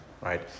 Right